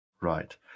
Right